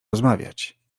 rozmawiać